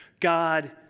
God